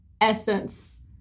essence